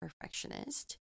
perfectionist